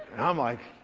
i'm like,